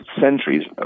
centuries